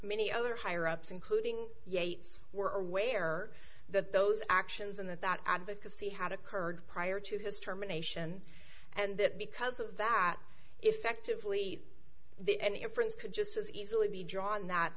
many other higher ups including yates were aware that those actions and that that advocacy had occurred prior to this germination and that because of that effectively the any inference could just as easily be drawn